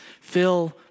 fill